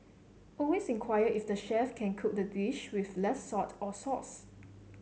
always inquire if the chef can cook the dish with less salt or sauce